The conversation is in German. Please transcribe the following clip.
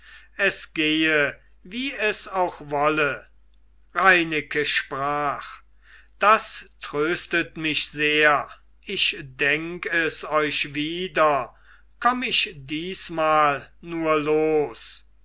es gehe wie es auch wolle reineke sprach das tröstet mich sehr ich denk es euch wieder komm ich diesmal nur los